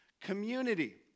community